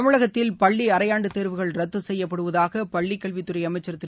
தமிழகத்தில் பள்ளி அரையாண்டுத் தேர்வுகள் ரத்து செய்யப்படுவதாக பள்ளிக்கல்வித்துறை அமைச்சர் திரு